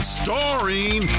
starring